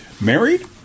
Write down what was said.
married